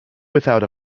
without